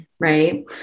right